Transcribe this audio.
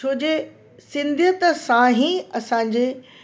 छो जे सिंधीयत सां ई असांजे